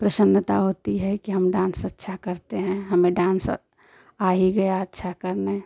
प्रसन्नता होती है कि हम डांस अच्छा करते हैं हमें डांस आ ही गया अच्छा करने